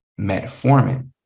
metformin